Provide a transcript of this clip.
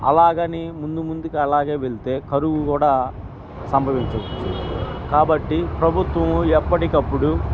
అలాగని ముందు ముందుకి అలాగే వెళ్తే కరువు కూడా సంభవించవచ్చు కాబట్టి ప్రభుత్వం ఎప్పటికప్పుడు